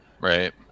Right